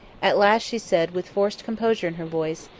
at last she said, with forced composure in her voice,